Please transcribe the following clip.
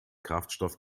kraftstoff